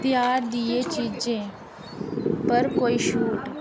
ध्यार दियें चीजें पर कोई छूट